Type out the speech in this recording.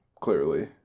clearly